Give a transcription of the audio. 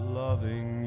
loving